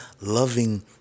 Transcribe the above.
loving